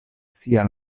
sia